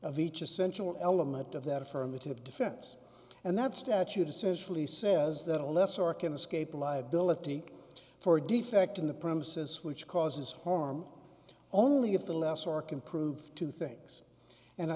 of each essential element of that affirmative defense and that statute essentially says that a lesser can escape liability for a defect in the premises which causes harm only if the last or can prove two things and i